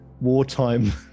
wartime